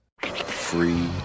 Free